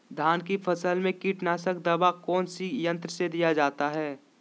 धान की फसल में कीटनाशक दवा कौन सी यंत्र से दिया जाता है?